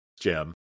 Jim